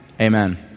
amen